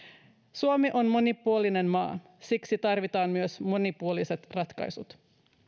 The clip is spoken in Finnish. suomi on monipuolinen maa siksi tarvitaan myös monipuoliset ratkaisut